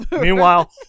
Meanwhile